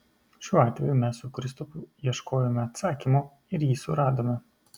šiuo atveju mes su kristupu ieškojome atsakymo ir jį suradome